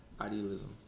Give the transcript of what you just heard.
idealism